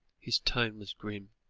his tone was grim